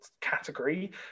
category